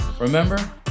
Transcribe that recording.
Remember